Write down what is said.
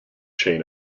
chain